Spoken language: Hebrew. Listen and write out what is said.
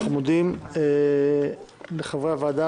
אנחנו מודים לחברי הוועדה,